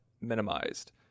minimized